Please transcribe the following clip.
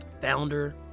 Founder